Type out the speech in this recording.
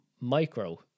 micro